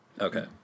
Okay